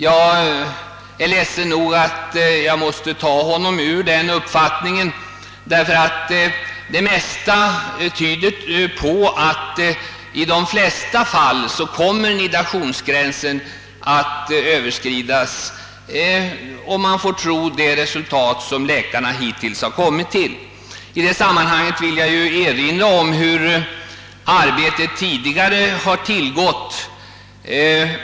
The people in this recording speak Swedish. Jag är ledsen över att jag måste ta honom ur den uppfattningen, därför att det mesta tyder på att nidationsgränsen i de flesta fall kommer att överskridas, åtminstone om man får tro de resultat läkarna hittills har kommit till. I det sammanhanget vill jag erinra om hur arbetet tidigare har tillgått.